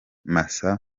masa